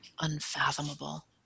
unfathomable